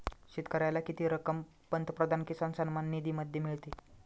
शेतकऱ्याला किती रक्कम पंतप्रधान किसान सन्मान निधीमध्ये मिळते?